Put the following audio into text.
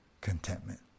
contentment